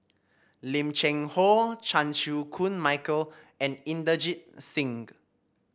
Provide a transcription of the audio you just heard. Lim Cheng Hoe Chan Chew Koon Michael and Inderjit Singh